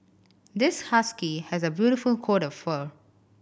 this husky has a beautiful coat of fur